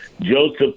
Joseph